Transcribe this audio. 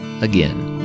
again